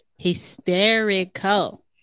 Hysterical